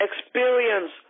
experience